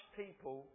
people